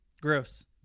Gross